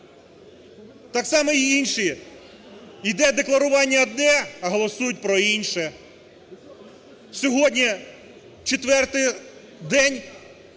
Так само і інші, йде декларування одне, а голосують про інше. Сьогодні четвертий день